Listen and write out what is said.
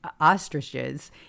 ostriches